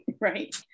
right